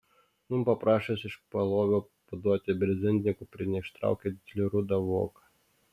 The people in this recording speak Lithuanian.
nūn paprašęs iš palovio paduoti brezentinę kuprinę ištraukė didelį rudą voką